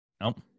Nope